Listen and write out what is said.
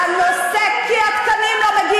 והנושא, מה הקשר?